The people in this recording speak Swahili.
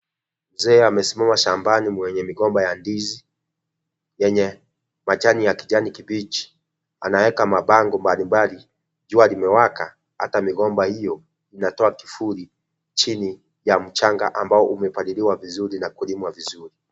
Mzee amesimama shambani mwenye migomba ya ndizi, yenye majani ya kijani kibichi anaweka mabango mbali mbali. Jua limewaka hata migomba hiyo, inatoa kivuli chini ya mchanga ambao umepaliliwa vizuri na kulimwa vizuri.